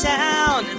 town